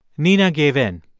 nina gave in.